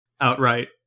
outright